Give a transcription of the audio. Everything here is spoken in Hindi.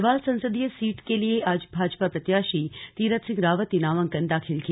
गढ़वाल संसदीय सीट के लिए आज भाजपा प्रत्याशी तीरथ सिंह रावत ने नामांकन दाखिल किया